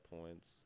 points